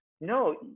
no